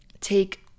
take